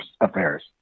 affairs